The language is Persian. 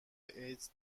ایدز